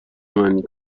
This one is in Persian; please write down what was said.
معنی